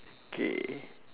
K